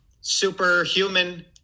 superhuman